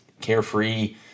carefree